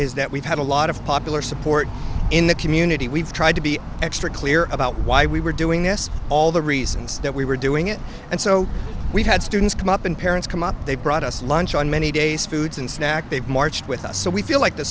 is that we've had a lot of popular support in the community we've tried to be extra clear about why we were doing this all the reasons that we were doing it and so we've had students come up and parents come up they've brought us lunch on many days foods and snack they've marched with us so we feel like the